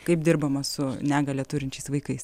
kaip dirbama su negalią turinčiais vaikais